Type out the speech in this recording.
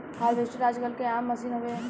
harvester आजकल के आम मसीन हवे